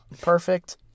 perfect